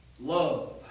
Love